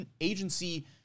agency